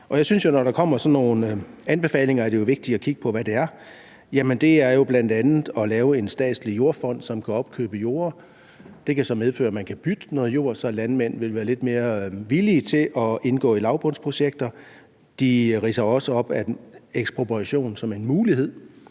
når der kommer sådan nogle anbefalinger, er det vigtigt at kigge på, hvad det er, og det er jo bl.a. at lave en statslig jordfond, som kan opkøbe jorder. Det kan så medføre, at man kan bytte nogle jorde, så landmænd ville være lidt mere villige til at indgå i lavbundsprojekter. De ridser også op, at ekspropriation er en mulighed